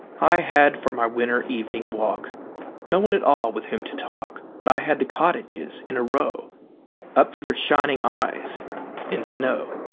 i had for my winter evening walk no one at all with whom to talk, but i had the cottages in a row up to their shining eyes in snow.